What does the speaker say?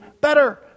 better